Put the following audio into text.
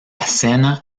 cena